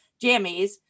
jammies